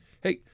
Hey